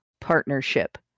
partnership